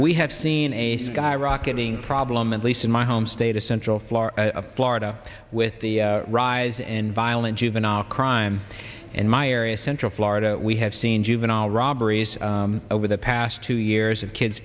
we have seen a skyrocketing problem at least in my home state a central florida border with the rise and violent juvenile crime in my area central florida we have seen juvenile robberies over the past two years of kids